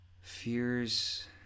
Fears